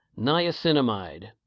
niacinamide